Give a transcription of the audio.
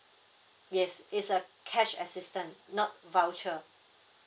yes it's a cash assistant not voucher